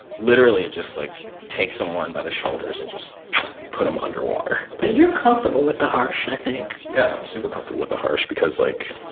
literally just, like, take someone by the shoulders and just put them underwater but you're comfortable with the harsh, i think yeah. i'm super comfortable with the harsh because, like,